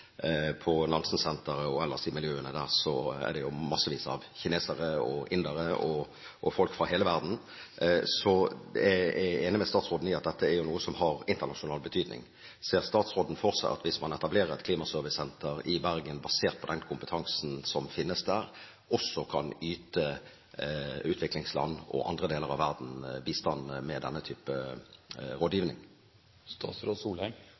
På Nansensenteret og ellers i miljøene der er det massevis av kinesere, indere og folk fra hele verden. Så er jeg enig med statsråden i at dette er noe som har internasjonal betydning. Ser statsråden for seg, hvis man etablerer et klimaservicesenter i Bergen, basert på den kompetansen som finnes der, at man også kan yte utviklingsland og andre deler av verden bistand med denne type